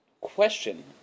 question